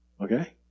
Okay